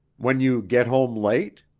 when you get home late?